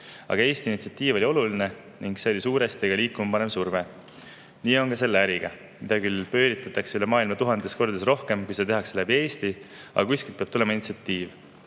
Aga Eesti initsiatiiv oli oluline, see oli suuresti liikuma panev surve. Nii on ka selle äriga: midagi küll pööritatakse üle maailma tuhandetes kordades rohkem, kui seda tehakse läbi Eesti, aga kuskilt peab tulema initsiatiiv.